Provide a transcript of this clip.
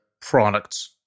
products